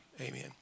amen